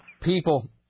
People